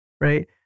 Right